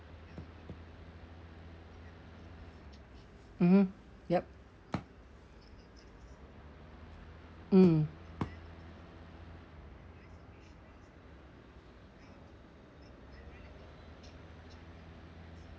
mmhmm yup mm